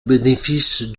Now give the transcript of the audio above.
bénéfice